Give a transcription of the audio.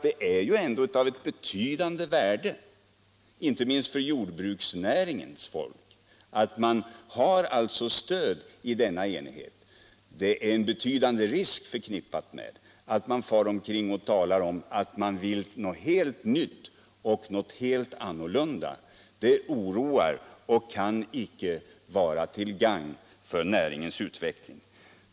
Det är ju ändå av betydande värde för jordbruksnäringen, att man har stöd i denna enighet. Det är å andra sidan en betydande risk förknippad med att man far omkring och talar om att man vill någonting helt nytt och något helt annorlunda. Det oroar och kan icke vara till gagn för näringens utveckling.